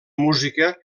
música